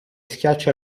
schiaccia